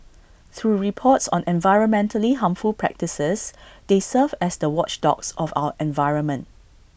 through reports on environmentally harmful practices they serve as the watchdogs of our environment